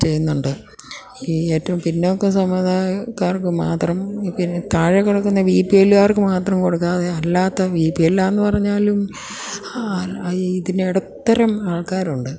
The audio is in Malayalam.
ചെയ്യുന്നുണ്ട് ഈ ഏറ്റവും പിന്നോക്ക സമുദായക്കാർക്ക് മാത്രം പിന്നെ താഴെ കിടക്കുന്ന ബി പി എല്ലുകാർക്ക് മാത്രം കൊടുക്കാതെ അല്ലാത്ത ബി പി എല് അല്ലായെന്ന് പറഞ്ഞാലും ഹാ ഈ ഇതിനിടത്തരം ആൾക്കാരുണ്ട്